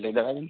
ᱞᱟᱹᱭ ᱫᱟᱹᱧ